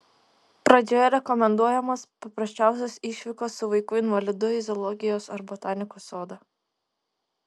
pradžioje rekomenduojamos paprasčiausios išvykos su vaiku invalidu į zoologijos ar botanikos sodą